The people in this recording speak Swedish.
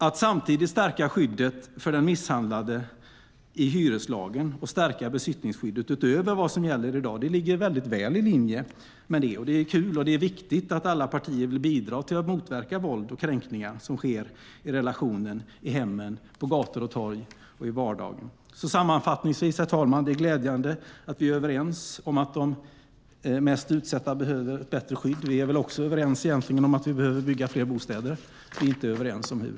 Att samtidigt stärka skyddet för den misshandlade i hyreslagen och stärka besittningsskyddet utöver vad som gäller i dag ligger väl i linje med det. Det är kul och viktigt att alla partier vill bidra till att motverka våld och kränkningar som sker i relationer i hemmen, på gator och torg och i vardagen. Sammanfattningsvis, herr talman, är det alltså glädjande att vi är överens om att de mest utsatta behöver ett bättre skydd. Vi är väl egentligen också överens om att vi behöver bygga fler bostäder. Men vi är inte överens om hur.